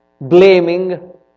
blaming